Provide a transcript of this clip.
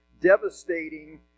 devastating